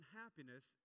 happiness